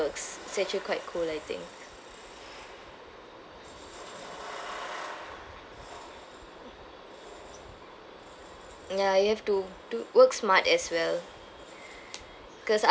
it's actually quite cool I think ya you have to do work smart as well because